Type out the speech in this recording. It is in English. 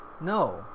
No